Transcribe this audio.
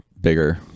bigger